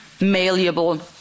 malleable